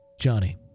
Johnny